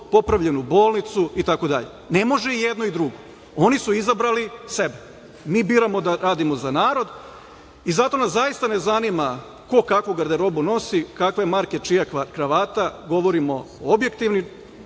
popravljenu bolnicu itd. Ne može i jedno i drugo. Oni su izabrali sebe. Mi biramo da radimo za narod i zato nas zaista ne zanima ko kakvu garderobu nosi, kakve marke, čija je kravata, govorimo o objektivnim